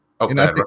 Okay